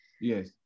Yes